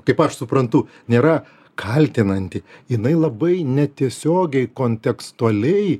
kaip aš suprantu nėra kaltinanti jinai labai netiesiogiai kontekstualiai